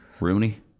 Rooney